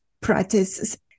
practices